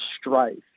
strife